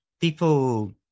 people